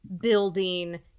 building